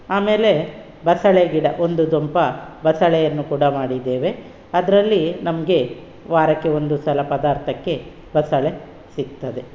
ಆಮೇಲೆ ಬಸಳೆ ಗಿಡ ಒಂದು ದೊಂಪ ಬಸಳೆಯನ್ನು ಕೂಡ ಮಾಡಿದ್ದೇವೆ ಅದರಲ್ಲಿ ನಮಗೆ ವಾರಕ್ಕೆ ಒಂದು ಸಲ ಪದಾರ್ಥಕ್ಕೆ ಬಸಳೆ ಸಿಗ್ತದೆ